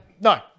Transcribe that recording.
no